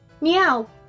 Meow